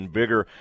bigger